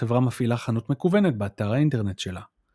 החברה מפעילה חנות מקוונת באתר האינטרנט שלה.